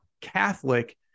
Catholic